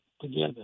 together